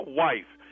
wife